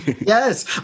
Yes